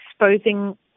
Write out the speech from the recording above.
exposing